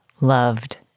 loved